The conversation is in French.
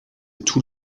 tout